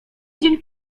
dzień